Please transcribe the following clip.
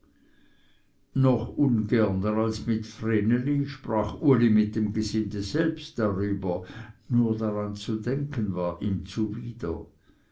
noch ungerner als mit vreneli sprach uli mit dem gesinde selbst darüber nur daran zu denken war ihm zuwider